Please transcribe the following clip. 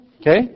Okay